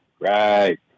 Right